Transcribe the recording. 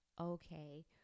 okay